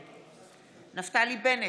נגד נפתלי בנט,